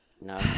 no